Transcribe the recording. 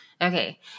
Okay